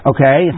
Okay